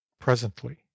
Presently